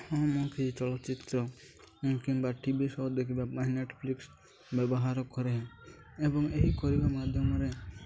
ହଁ ମୁଁ କିଛି ଚଳଚ୍ଚିତ୍ର କିମ୍ବା ଟି ଭି ଶୋ ଦେଖିବା ପାଇଁ ନେଟ୍ଫ୍ଲିକ୍ସ୍ ବ୍ୟବହାର କରେ ଏବଂ ଏହି କରିବା ମାଧ୍ୟମରେ